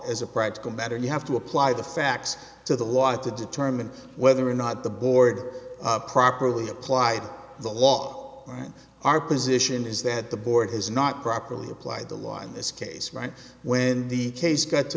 as a practical matter you have to apply the facts to the law to determine whether or not the board properly applied the law and our position is that the board has not properly applied the law in this case right when the case got to